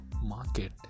market